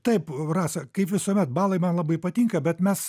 taip rasa kaip visuomet balai man labai patinka bet mes